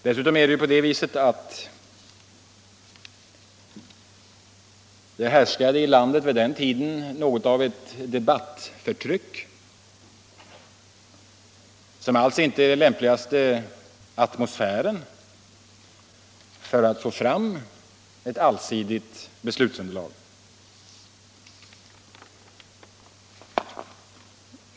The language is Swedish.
Dessutom är det på det viset att vid den tiden härskade i landet något av ett debattförtryck — som ju inte alls är den lämpligaste atmosfären för att få fram ett allsidigt beslutsunderlag.